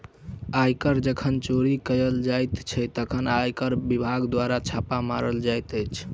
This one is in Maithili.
आयकर जखन चोरी कयल जाइत छै, तखन आयकर विभाग द्वारा छापा मारल जाइत अछि